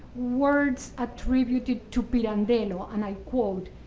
words attributed to pirandello, and i quote,